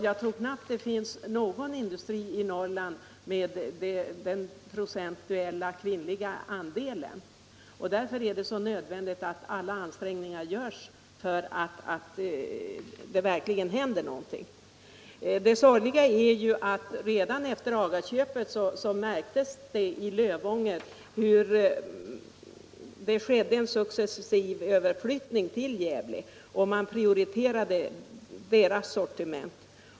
Jag tror knappast det finns någon annan industri i Norrland med så stor kvinnlig andel. Därför är det nödvändigt att alla ansträngningar görs för att detta verkligen skall få en lycklig lösning. Det sorgliga är att redan efter AGA-köpet märktes i Lövånger en successiv överflyttning till Gävle och hur man prioriterade den fabrikens sortiment.